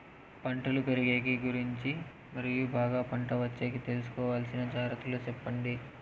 పంటలు పెరిగేకి గురించి మరియు బాగా పంట వచ్చేకి తీసుకోవాల్సిన జాగ్రత్త లు సెప్పండి?